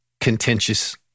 contentious